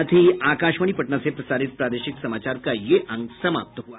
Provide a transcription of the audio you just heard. इसके साथ ही आकाशवाणी पटना से प्रसारित प्रादेशिक समाचार का ये अंक समाप्त हुआ